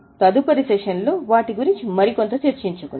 తదుపరి సెషన్లో వాటి గురించి మరికొంత చర్చించుకుందాము